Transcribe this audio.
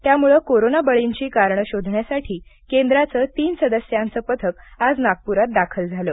त्यामुळे कोरोना बळींची कारणे शोधण्यासाठी केंद्राचं तीन सदस्यांचं पथक आज नागपूरात दाखल झालं